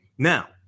now